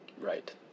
Right